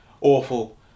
awful